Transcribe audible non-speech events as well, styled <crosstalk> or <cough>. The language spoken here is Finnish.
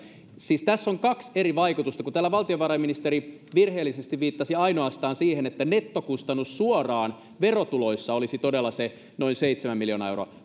siis tässä on kaksi eri vaikutusta täällä valtiovarainministeri virheellisesti viittasi ainoastaan siihen että nettokustannus suoraan verotuloissa olisi todella se noin seitsemän miljoonaa euroa <unintelligible>